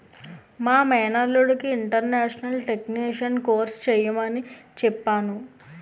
మా మేనల్లుడికి international taxation course చెయ్యమని చెప్పాను